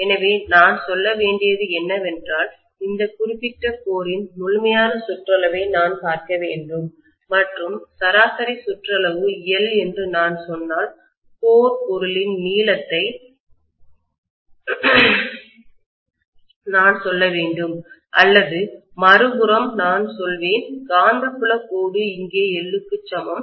எனவே நான் சொல்ல வேண்டியது என்னவென்றால் இந்த குறிப்பிட்ட கோரின்மையத்தின் முழுமையான சுற்றளவை நான் பார்க்க வேண்டும் மற்றும் சராசரி சுற்றளவு L என்று நான் சொன்னால்கோர் பொருளின் நீளத்தை நான் சொல்ல வேண்டும் அல்லது மறுபுறம் நான் சொல்வேன் காந்தப்புலக் கோடு இங்கே L க்கு சமம்